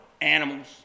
animals